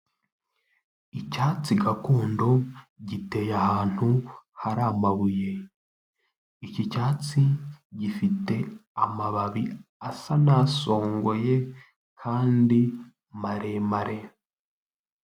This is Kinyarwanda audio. Icyatsi gakondo giteye ahantu hari amabuye iki cyatsi gifite amababi asa n'asongoye kandi maremare.